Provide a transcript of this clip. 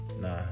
nah